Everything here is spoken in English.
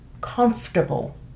comfortable